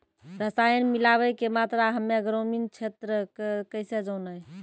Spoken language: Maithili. रसायन मिलाबै के मात्रा हम्मे ग्रामीण क्षेत्रक कैसे जानै?